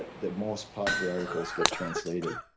the most popular articles get translated,